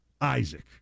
Isaac